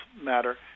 matter